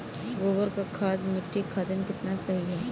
गोबर क खाद्य मट्टी खातिन कितना सही ह?